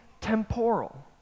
temporal